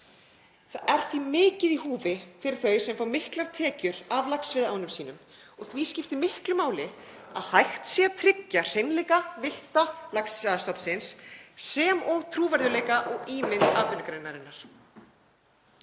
Það er því mikið í húfi fyrir þau sem fá miklar tekjur af laxveiðiánum sínum og því skiptir miklu máli að hægt sé að tryggja hreinleika villta laxastofnsins sem og trúverðugleika og ímynd atvinnugreinarinnar.